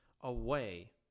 away